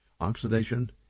Oxidation